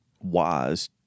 wise